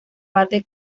bate